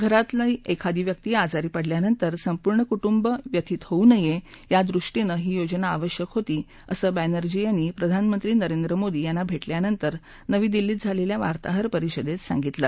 घरातला एखादा व्यक्ती आजारी पडल्यानंतर संपूर्ण कुटुंब व्यथित होऊ नये यादृष्टीनं ही योजना आवश्यक होती असं बॅनर्जी यांनी प्रधानमंत्री नरेंद्र मोदी यांना भेटल्यानंतर नवी दिल्ली क्रें झालेल्या वार्ताहर परिषदेत काल सांगितलं